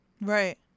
right